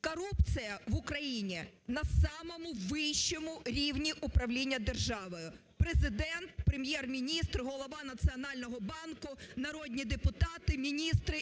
Корупція в Україні на самому вищому рівні управління державою: Президент, Прем'єр-міністр, голова Національного банку, народні депутати, міністри